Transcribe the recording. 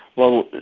well,